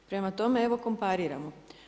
Prema tome, evo kompariramo.